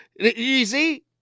easy